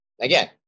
again